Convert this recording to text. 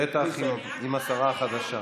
בטח עם השרה החדשה.